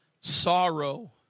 sorrow